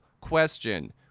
question